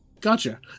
Gotcha